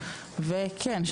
וכן,